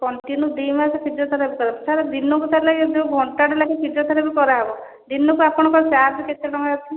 continue ଦୁଇ ମାସ physiotherapy କରିବି ସାର୍ ଦିନକୁ କଲେ ଏ ଯେଉଁ ଘଣ୍ଟାଟେ ଲେଖାଁ ଫିଜିଓଥେରାପି କରାହେବ ଦିନକୁ ଆପଣଙ୍କ ଚାର୍ଜ କେତେ ଟଙ୍କା ଅଛି